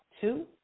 two